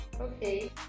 okay